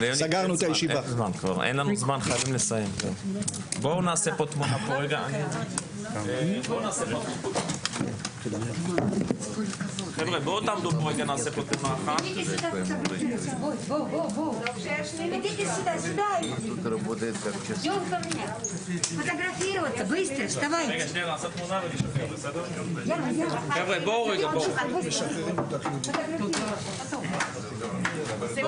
הישיבה ננעלה בשעה 10:50.